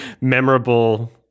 memorable